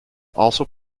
also